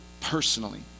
personally